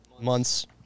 months